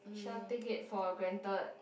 should not take it for granted